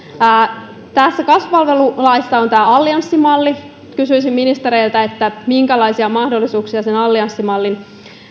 tässä kasvupalvelulaissa on tämä allianssimalli ja kysyisin ministereiltä minkälaisia mahdollisuuksia allianssimallin